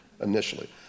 initially